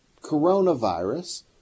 coronavirus